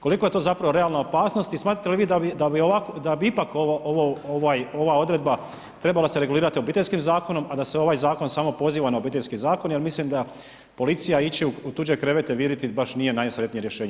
Koliko je to zapravo realna opasnost i smatrate li vi da bi ipak ovaj ova odredba trebala se regulirati Obiteljskim zakonom, a da se ovaj zakon samo poziva na Obiteljski zakon, jer mislim da policija ići u tuđe krevete viriti baš nije najsretnije rješenje.